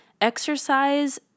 Exercise